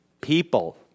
People